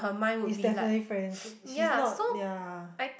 it's definitely friends she's not ya